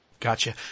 Gotcha